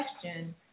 question